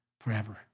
forever